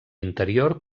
interior